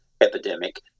Epidemic